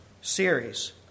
series